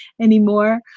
anymore